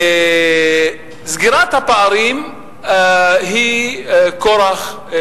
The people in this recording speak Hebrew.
סגירת הפערים היא כורח,